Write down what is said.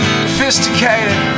sophisticated